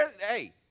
Hey